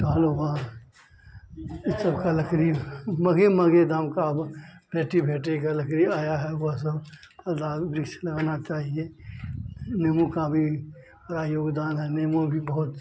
हुआ इस सब का लकड़ी बगे मगे दाम का फेटि फेटि का लकड़ी आया है वह सब मदार वृक्ष लगाना चाहिए यह नींबू का भी बड़ा योगदान है नींबू भी बहुत